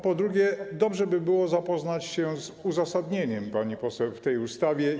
Po drugie, dobrze by było zapoznać się z uzasadnieniem, pani poseł, tej ustawy.